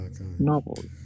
novels